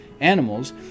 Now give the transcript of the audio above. animals